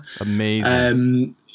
amazing